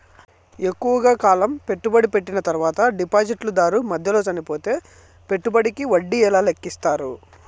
ఎక్కువగా కాలం పెట్టుబడి పెట్టిన తర్వాత డిపాజిట్లు దారు మధ్యలో చనిపోతే పెట్టుబడికి వడ్డీ ఎలా లెక్కిస్తారు?